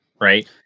Right